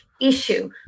issue